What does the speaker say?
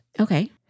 Okay